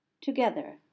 together